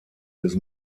des